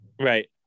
right